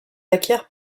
acquiert